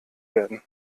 werden